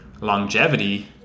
longevity